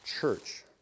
church